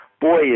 boy